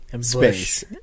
space